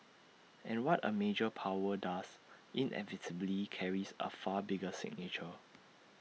and what A major power does inevitably carries A far bigger signature